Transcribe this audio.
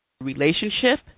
relationship